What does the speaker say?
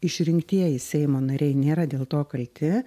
išrinktieji seimo nariai nėra dėl to kalti